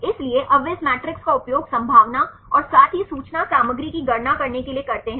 इसलिए अब वे इस मैट्रिक्स का उपयोग संभावना और साथ ही सूचना सामग्री की गणना करने के लिए करते हैं